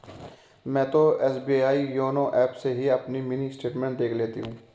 मैं तो SBI YONO app से ही अपनी मिनी स्टेटमेंट देख लेती हूँ